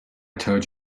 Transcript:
told